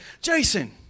Jason